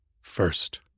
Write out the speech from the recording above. First